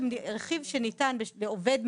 מה שהפחית חלק מההפרשות הצוברות לרוב העובדים,